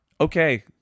Okay